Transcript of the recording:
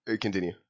continue